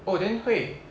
oh then 会